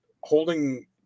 holding